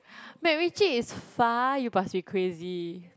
MacRitchie is far you must be crazy